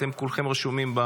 אתם כולכם רשומים.